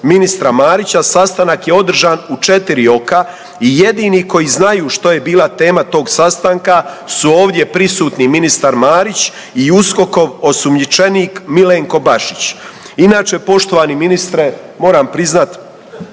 ministra Marića sastanak je održan u 4 oka i jedini koji znaju što je bila tema tog sastanka su ovdje prisutni ministar Marić i USKOK-ov osumnjičenik Milenko Bašić. Inače, poštovani ministre moram priznati